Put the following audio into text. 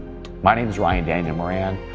my name's ryan daniel moran.